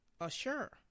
Assure